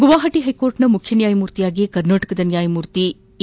ಗುವಾಹಟ ಹೈಕೋರ್ಟ್ನ ಮುಖ್ಯ ನ್ಯಾಯಮೂರ್ತಿಯಾಗಿ ಕರ್ನಾಟಕದ ನ್ಯಾಯಮೂರ್ತಿ ಎ